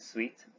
Sweet